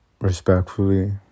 respectfully